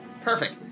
Perfect